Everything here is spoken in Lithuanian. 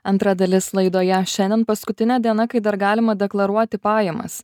antra dalis laidoje šiandien paskutinė diena kai dar galima deklaruoti pajamas